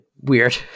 weird